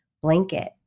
blanket